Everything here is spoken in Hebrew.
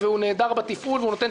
<< דובר_המשך >> שר התחבורה והבטיחות בדרכים